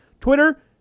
Twitter